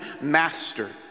master